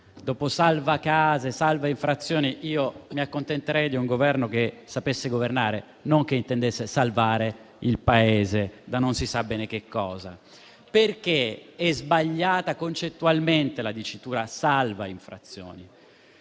il decreto salva-infrazioni: io mi accontenterei di un Governo che sapesse governare, non che intende salvare il Paese da non si sa bene che cosa. Perché è sbagliata concettualmente la dicitura salva-infrazioni?